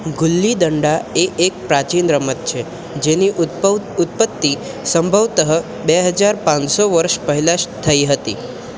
ગિલ્લી દંડા એ એક પ્રાચીન રમત છે જેની ઉત્પવ ઉત્પત્તિ સંભવતઃ બે હજાર પાંચસો વર્ષ પહેલાં જ થઈ હતી